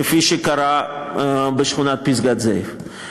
כפי שקרה בשכונת פסגת-זאב.